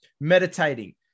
meditating